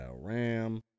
Ram